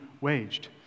waged